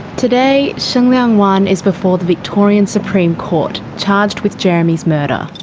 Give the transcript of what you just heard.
today, shengliang wan is before the victorian supreme court, charged with jeremy's murder.